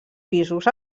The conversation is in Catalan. pisos